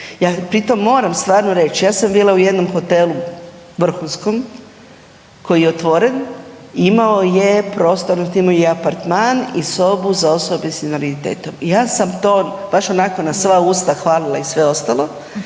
Ja pritom moram stvarno reći, ja sam bila u jednom hotelu vrhunskom koji je otvoren i imao je prostor, .../nerazumljivo/... apartman i sobu za osobe s invaliditetom i ja sam to baš onako na sva usta hvalila i sve ostalo